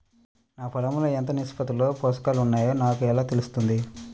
నా పొలం లో ఎంత నిష్పత్తిలో పోషకాలు వున్నాయో నాకు ఎలా తెలుస్తుంది?